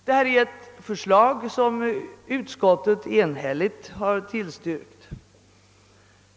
Det är ett förslag som utskottet enhälligt har tillstyrkt.